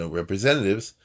representatives